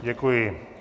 Děkuji.